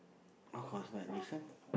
of course but this one